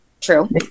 True